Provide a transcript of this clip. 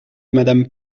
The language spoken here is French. madame